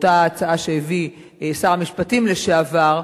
אותה הצעה שהביא שר המשפטים לשעבר,